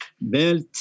Belt